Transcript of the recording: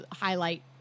highlight